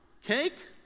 Cake